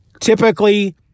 Typically